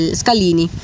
scalini